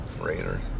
Raiders